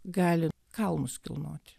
gali kalnus kilnoti